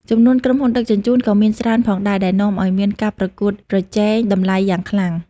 ចំនួនក្រុមហ៊ុនដឹកជញ្ជូនក៏មានច្រើនផងដែរ ដែលនាំឱ្យមានការប្រកួតប្រជែងតម្លៃយ៉ាងខ្លាំង។